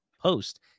post